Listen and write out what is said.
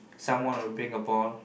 someone will bring a ball